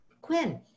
Quinn